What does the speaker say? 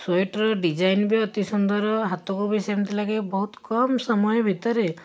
ସ୍ୱେଟରର design ବି ଅତି ସୁନ୍ଦର ହାତକୁ ବି ସେମିତି ଲାଗେ ବହୁତ କମ୍ ସମୟ ଭିତରେ